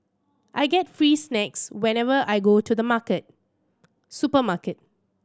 I get free snacks whenever I go to the market supermarket